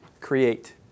create